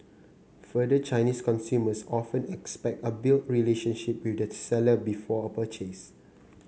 further Chinese consumers often expect a build relationship with the seller before a purchase